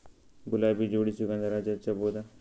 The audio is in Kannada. ಗುಲಾಬಿ ಜೋಡಿ ಸುಗಂಧರಾಜ ಹಚ್ಬಬಹುದ?